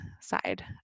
side